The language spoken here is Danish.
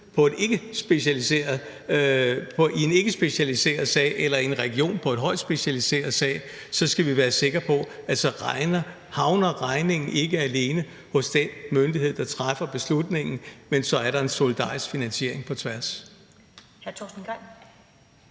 i en ikkespecialiseret sag eller i en region i en højt specialiseret sag, så skal vi være sikre på, at regningen ikke alene havner hos den myndighed, der træffer beslutningen, men at der så er en solidarisk finansiering på tværs